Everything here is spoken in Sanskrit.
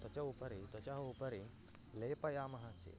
त्वचः उपरि त्वचः उपरि लेपयामः चेत्